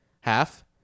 half